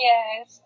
Yes